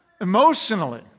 emotionally